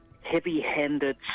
heavy-handed